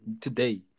today